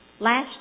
last